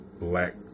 black